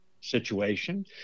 situation